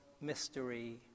mystery